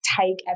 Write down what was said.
take